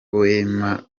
wema